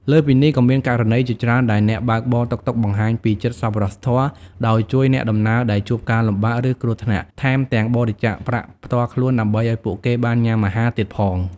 លើសពីនេះ ក៏មានករណីជាច្រើនដែលអ្នកបើកបរតុកតុកបង្ហាញពី ចិត្តសប្បុរសធម៌ ដោយជួយអ្នកដំណើរដែលជួបការលំបាក ឬគ្រោះថ្នាក់ ថែមទាំងបរិច្ចាគប្រាក់ផ្ទាល់ខ្លួនដើម្បីឱ្យពួកគេបានញ៉ាំអាហារទៀតផង។